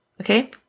Okay